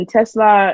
Tesla